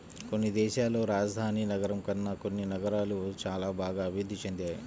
కొన్ని దేశాల్లో రాజధాని నగరం కన్నా కొన్ని నగరాలు చానా బాగా అభిరుద్ధి చెందాయి